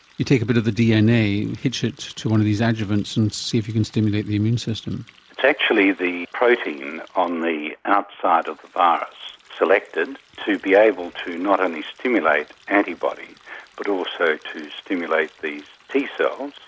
you take a bit of the dna, hitch it to one of these adjuvants and see if you can stimulate the immune system. it is actually the protein on the outside of the virus selected to be able to not only stimulate antibody but also to stimulate these t cells,